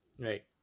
Right